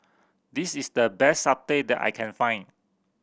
this is the best satay that I can find